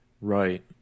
Right